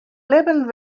libben